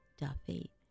Duffy